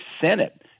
Senate